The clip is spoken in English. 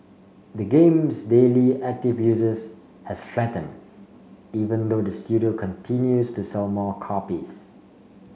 the game's daily active users has flattened even though the studio continues to sell more copies